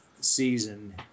season